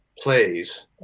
plays